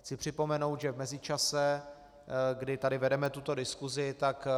Chci připomenout, že v mezičase, kdy tady vedeme tuto diskusi, tak